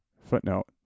footnote